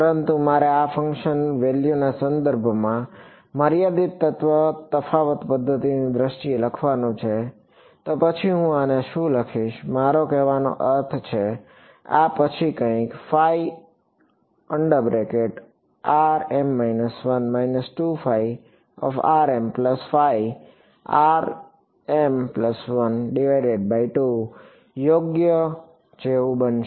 પરંતુ મારે આ ફક્ત ફંક્શન વેલ્યુના સંદર્ભમાં મર્યાદિત તફાવતોની દ્રષ્ટિએ લખવાનું છે તો પછી હું આને શું લખીશ મારો કહેવાનો અર્થ છે આ પછી કંઈક યોગ્ય જેવું બનશે